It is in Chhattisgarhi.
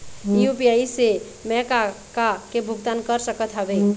यू.पी.आई से मैं का का के भुगतान कर सकत हावे?